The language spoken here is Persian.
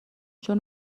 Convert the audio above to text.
چون